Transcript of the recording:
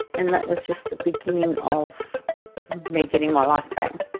and that was just the beginning of me getting my life back.